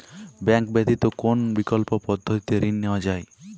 Bank ব্যতিত কোন বিকল্প পদ্ধতিতে ঋণ নেওয়া যায়?